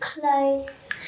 clothes